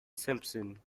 simpson